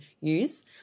use